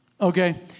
Okay